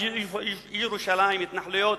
ירושלים, התנחלויות,